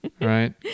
right